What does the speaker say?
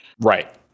Right